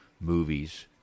movies